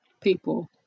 people